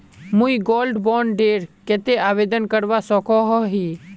मुई gold bond डेर केते आवेदन करवा सकोहो ही?